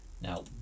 Now